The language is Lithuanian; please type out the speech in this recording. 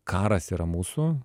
karas yra mūsų